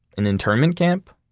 an internment camp,